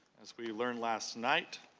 as we learned last night,